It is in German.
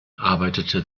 arbeitete